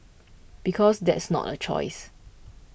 because that's not a choice